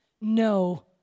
No